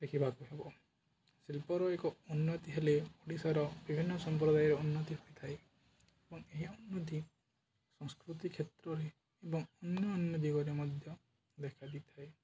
ଦେଖିବାକୁ ହେବ ଶିଳ୍ପର ଏକ ଉନ୍ନତି ହେଲେ ଓଡ଼ିଶାର ବିଭିନ୍ନ ସମ୍ପ୍ରଦାୟ ଉନ୍ନତି ହୋଇଥାଏ ଏବଂ ଏହି ଉନ୍ନତି ସଂସ୍କୃତି କ୍ଷେତ୍ରରେ ଏବଂ ଅନ୍ୟ ଦିଗରେ ମଧ୍ୟ ଦେଖାଦେଇ ଥାଏ